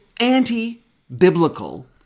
anti-biblical